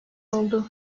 oldu